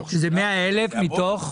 שזה 100,000 מתוך?